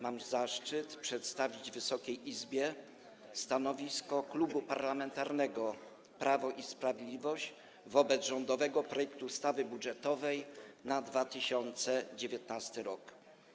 Mam zaszczyt przedstawić Wysokiej Izbie stanowisko Klubu Parlamentarnego Prawo i Sprawiedliwość wobec rządowego projektu ustawy budżetowej na 2019 r.